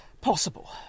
possible